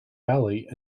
alley